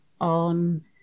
on